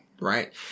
Right